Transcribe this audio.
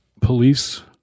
police